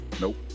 nope